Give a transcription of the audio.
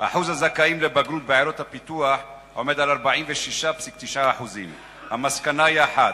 ושיעור הזכאים לבגרות בעיירות הפיתוח עומד על 46.9%. המסקנה היא אחת: